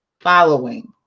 following